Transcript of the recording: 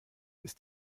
ist